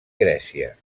grècia